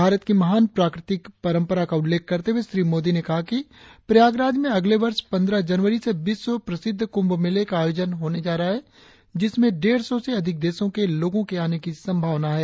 भारत की महान प्राकृतिक परंपरा का उल्लेख करते हुए श्री मोदी ने कहा कि प्रयागराज में अगले वर्ष पंद्रह जनवरी से विश्व प्रसिद्ध कुंभ मेले का आयोजन होने जा रहा है जिसमें डेढ़ सौ से अधिक देशों के लोगो के आने की संभावना है